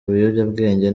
biyobyabwenge